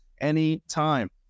anytime